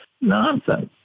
nonsense